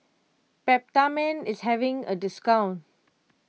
Peptamen is having a discount